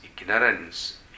ignorance